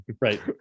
Right